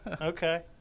Okay